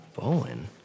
Bowen